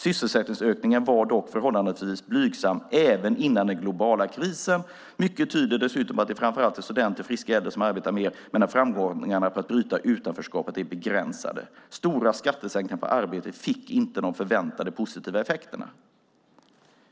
Sysselsättningsökningen var dock förhållandevis blygsam även innan den globala krisen. Mycket tyder dessutom på att det framför allt är studenter och friska äldre som arbetar mer, medan framgångarna med att bryta utanförskapet är begränsade. De stora skattesänkningarna på arbete fick inte de förväntade positiva effekterna."